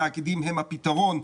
התאגידים הם הפתרון.